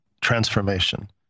transformation